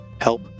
help